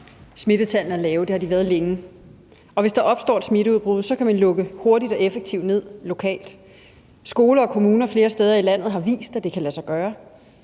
Smittetallene er lave, og det har de været længe. Hvis der opstår et smitteudbrud, kan man lukke hurtigt og effektivt ned lokalt. Skoler og kommuner flere steder i landet har vist, at det sagtens kan lade sig gøre.